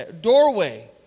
doorway